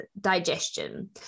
digestion